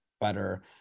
better